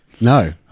No